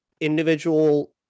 individual